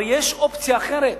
הרי יש אופציה אחרת,